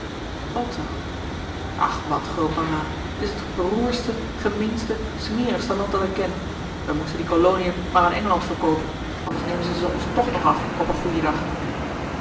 otto ach wat grootmama het is het beroerdste gemeenste smerigste land dat ik ken we moesten die koloniën maar aan engeland verkoopen anders nemen ze ze ons toch nog af op een goeien dag